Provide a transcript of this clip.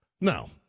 Now